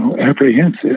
apprehensive